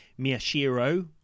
Miyashiro